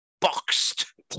Boxed